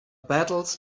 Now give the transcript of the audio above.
battles